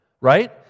Right